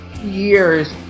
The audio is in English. years